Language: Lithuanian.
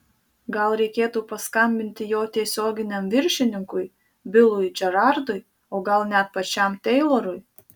gal reikėtų paskambinti jo tiesioginiam viršininkui bilui džerardui o gal net pačiam teilorui